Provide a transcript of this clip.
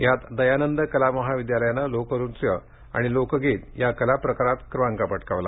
यात दयानंद कला महाविद्यालयाने लोकनृत्य आणि लोकगीत या कलाप्रकारात क्रमांक पटकावला